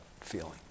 feeling